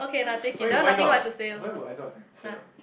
why you why not why would I not sign up